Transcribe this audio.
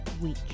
week